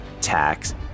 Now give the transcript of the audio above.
tax